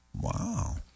Wow